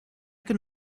can